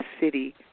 city